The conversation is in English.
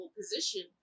position